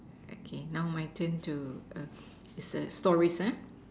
okay now my turn to err ask it's a stories ah